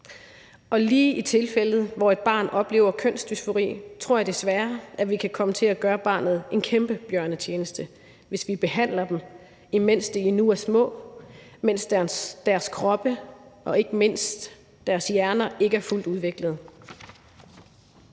Og lige i tilfældet, hvor et barn oplever kønsdysfori, tror jeg desværre at vi kan komme til at gøre barnet en kæmpe bjørnetjeneste, hvis vi behandler dem, mens de endnu er små, mens deres kroppe og ikke mindst deres hjerner ikke er fuldt udviklet.